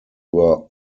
were